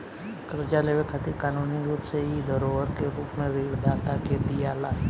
कर्जा लेवे खातिर कानूनी रूप से इ धरोहर के रूप में ऋण दाता के दियाला